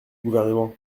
gouvernement